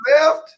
left